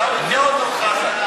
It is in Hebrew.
עיסאווי, עיסאווי, תיאודור חזן.